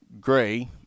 gray